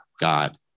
God